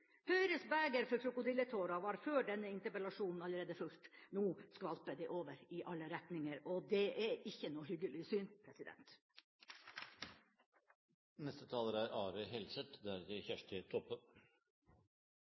Høyres beger for krokodilletårer var før denne interpellasjonen allerede fullt – nå skvalper det over i alle retninger, og det er ikke noe hyggelig syn.